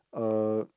uh